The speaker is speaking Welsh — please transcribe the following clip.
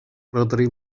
rhodri